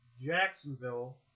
Jacksonville